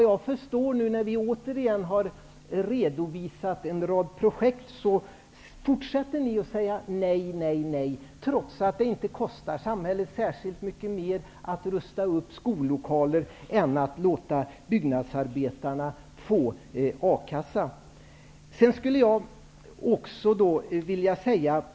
När vi nu återigen har redovisat en rad projekt, fortsätter ni vad jag förstår att säga nej, nej, nej, trots att det inte kostar samhället särskilt mycket mer att rusta upp skollokaler än att låta byggnadsarbetarna få ersättning från a-kassan.